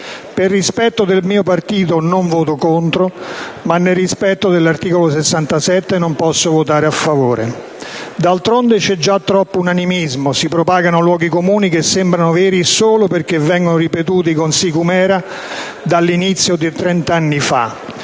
Per rispetto del mio partito non voterò contro, ma, nel rispetto dell'articolo 67, non posso votare a favore. D'altronde, c'è già troppo unanimismo: si propagano luoghi comuni che sembrano veri solo perché ripetuti con sicumera dall'inizio, trent'anni fa.